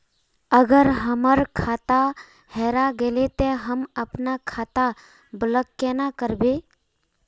अगर हमर खाता हेरा गेले ते हम अपन खाता ब्लॉक केना करबे?